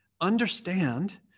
understand